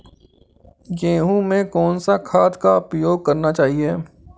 गेहूँ में कौन सा खाद का उपयोग करना चाहिए?